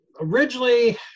Originally